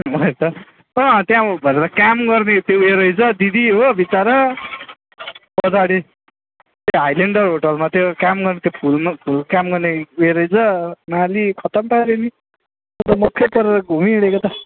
अँ त्यहाँ भनेर काम गर्ने त्यो उयो रहेछ दिदी हो विचरा पछाडि हाइलेन्डर होटलमा त्यो काम गर्ने त्यो फुलमा काम गर्ने उयो रहेछ माली खतम पाऱ्यो नि म त मक्खै परेर घुमिहिँडेको त